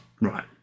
right